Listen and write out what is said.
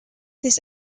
this